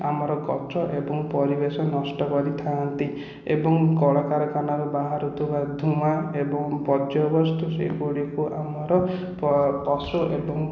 ଆମର ଗଛ ଏବଂ ପରିବେଶ ନଷ୍ଟ କରିଥାନ୍ତି ଏବଂ କଳକାରଖାନା ରୁ ବାହାରୁଥିବା ଧୂଆଁ ଏବଂ ବର୍ଯ୍ୟବସ୍ତୁ ସେ ଗୁଡ଼ିକୁ ଆମର ପଶୁ ଏବଂ